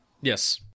Yes